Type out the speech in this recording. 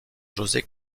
josé